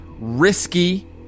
risky